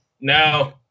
No